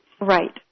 Right